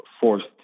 forced